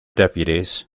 deputies